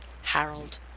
Harold